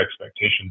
expectations